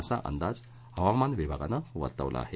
असा अंदाज हवामान विभागानं वर्तवला आहे